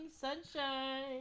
sunshine